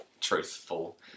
truthful